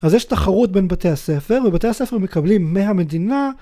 אז יש תחרות בין בתי הספר, ובתי הספר מקבלים מהמדינה